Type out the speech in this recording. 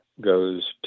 goes